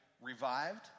revived